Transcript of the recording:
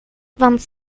vingt